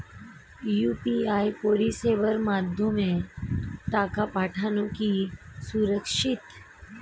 UPI পরিষেবার মাধ্যমে টাকা পাঠানো কি সুরক্ষিত?